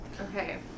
Okay